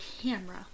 camera